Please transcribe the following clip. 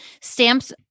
Stamps